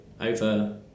over